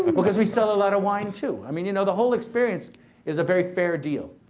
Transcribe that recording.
because we sell a lot of wine, too. i mean, you know the whole experience is a very fair deal.